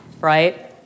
right